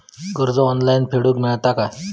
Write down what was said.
कर्ज ऑनलाइन फेडूक मेलता काय?